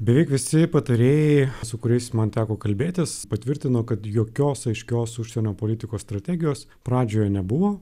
beveik visi patarėjai su kuriais man teko kalbėtis patvirtino kad jokios aiškios užsienio politikos strategijos pradžioje nebuvo